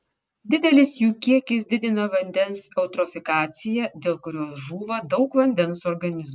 didelis jų kiekis didina vandens eutrofikaciją dėl kurios žūva daug vandens organizmų